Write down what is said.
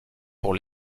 pour